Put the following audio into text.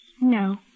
No